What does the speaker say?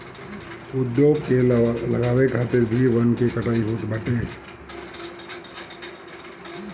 उद्योग के लगावे खातिर भी वन के कटाई होत बाटे